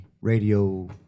radio